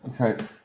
Okay